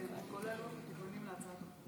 ותיכנס לספר החוקים.